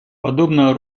подобного